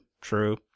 true